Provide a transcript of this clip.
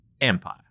Empire